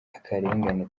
akarengane